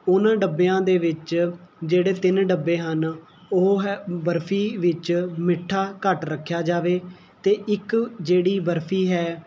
ਉਹਨਾਂ ਡੱਬਿਆਂ ਦੇ ਵਿੱਚ ਜਿਹੜੇ ਤਿੰਨ ਡੱਬੇ ਹਨ ਉਹ ਹੈ ਬਰਫ਼ੀ ਵਿੱਚ ਮਿੱਠਾ ਘੱਟ ਰੱਖਿਆ ਜਾਵੇ ਅਤੇ ਇੱਕ ਜਿਹੜੀ ਬਰਫ਼ੀ ਹੈ